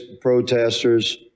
protesters